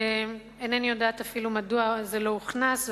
אינני יודעת אפילו מדוע זה לא הוכנס,